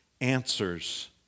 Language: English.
answers